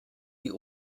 die